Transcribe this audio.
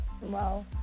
Wow